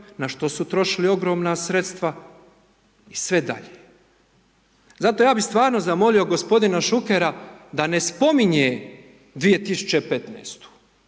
na što su trošili ogromna sredstva i sve dalje. Zato, ja bi stvarno zamolio gospodina Šukera da ne spominje 2015.-tu